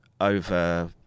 over